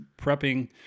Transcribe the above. prepping